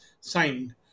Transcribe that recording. signed